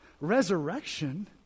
Resurrection